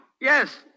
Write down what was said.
Yes